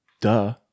Duh